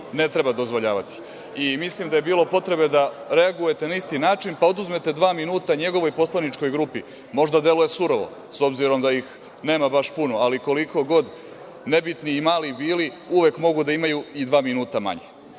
ne treba dozvoljavati. Mislim da je bilo potrebe da reagujete na isti način, pa oduzmete dva minuta njegovoj poslaničkoj grupi. Možda deluje surovo, s obzirom da ih nema baš puno, ali koliko god nebitni i mali bili, uvek mogu da imaju i dva minuta manje.